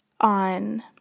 on